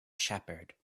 shepherd